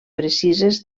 precises